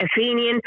Athenian